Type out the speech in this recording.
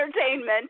entertainment